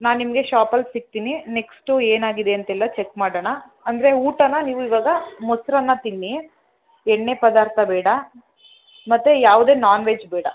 ನಾನು ನಿಮಗೆ ಶಾಪಲ್ಲಿ ಸಿಗ್ತೀನಿ ನೆಕ್ಸ್ಟ್ ಏನಾಗಿದೆ ಅಂತೆಲ್ಲ ಚೆಕ್ ಮಾಡೋಣ ಅಂದರೆ ಊಟನ ನೀವಿವಾಗ ಮೊಸರನ್ನ ತಿನ್ನಿ ಎಣ್ಣೆ ಪದಾರ್ಥ ಬೇಡ ಮತ್ತೆ ಯಾವುದೇ ನಾನ್ ವೆಜ್ ಬೇಡ